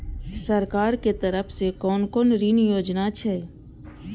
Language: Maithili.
सरकार के तरफ से कोन कोन ऋण योजना छै?